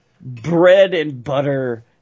bread-and-butter